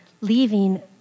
leaving